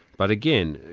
but again,